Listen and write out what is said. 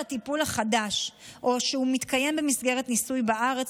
הטיפול החדש או שהוא מתקיים במסגרת ניסוי בארץ